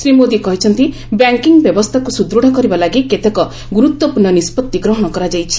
ଶ୍ରୀ ମୋଦି କହିଛନ୍ତି ବ୍ୟାଙ୍କିଙ୍ଗ୍ ବ୍ୟବସ୍ଥାକୁ ସୁଦୃତ୍ କରିବା ଲାଗି କେତେକ ଗୁରୁତ୍ୱପୂର୍ଣ୍ଣ ନିଷ୍ପତ୍ତି ଗ୍ରହଣ କରାଯାଇଛି